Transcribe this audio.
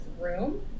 room